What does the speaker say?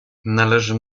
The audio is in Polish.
należy